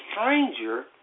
stranger